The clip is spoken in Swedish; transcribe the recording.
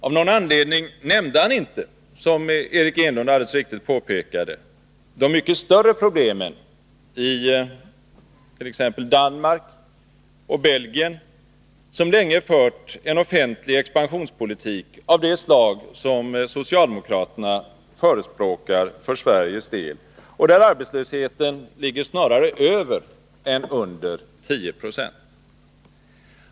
Av någon anledning nämnde han inte, som Eric Enlund alldeles riktigt påpekade, de mycket större problemen i t.ex. Danmark och Belgien, som länge fört en offentlig expansionspolitik av det slag som socialdemokraterna förespråkar för Sveriges del. I de nämnda länderna ligger emellertid arbetslösheten snarare över än under 1096.